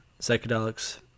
psychedelics